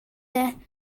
der